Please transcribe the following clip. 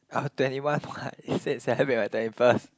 twenty one what you said celebrate my twenty first